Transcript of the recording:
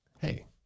hey